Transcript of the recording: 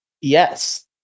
Yes